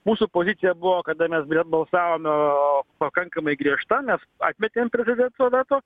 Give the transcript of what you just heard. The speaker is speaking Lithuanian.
mūsų pozicija buvo kada mes balsavome o pakankamai griežta mes atmetėm prezidento veto